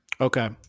Okay